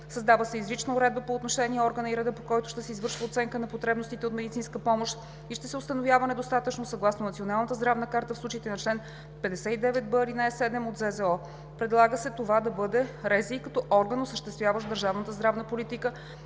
Създава се изрична уредба по отношение органа и реда, по който ще се извършва оценка на потребностите от медицинска помощ и ще се установява недостатъчност съгласно Националната здравна карта в случаите по чл. 59б, ал. 7 от ЗЗО. Предлага се това да бъде РЗИ като орган, осъществяващ държавната здравна политика